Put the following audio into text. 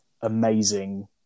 amazing